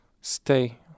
stay